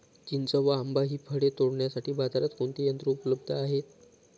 चिंच व आंबा हि फळे तोडण्यासाठी बाजारात कोणते यंत्र उपलब्ध आहे?